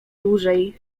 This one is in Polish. dłużej